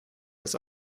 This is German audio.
das